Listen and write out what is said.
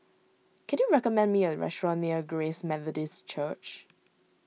can you recommend me a restaurant near Grace Methodist Church